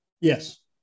Yes